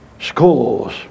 schools